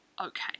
okay